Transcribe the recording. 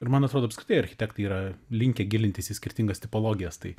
ir man atrodo apskritai architektai yra linkę gilintis į skirtingas tipologijas tai